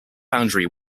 foundry